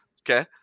Okay